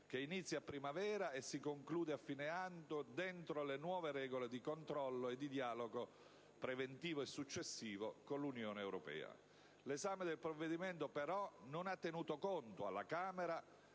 che inizia a primavera e si conclude a fine anno dentro le nuove regole di controllo e di dialogo preventivo e successivo con l'Unione europea. L'esame del provvedimento, però, non ha tenuto conto alla Camera